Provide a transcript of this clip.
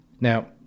Now